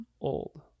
old